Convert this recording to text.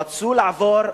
רצו לעבור,